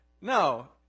No